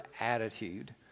attitude